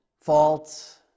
faults